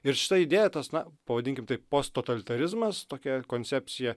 ir šita idėja tas na pavadinkim taip posttotalitarizmas tokia koncepcija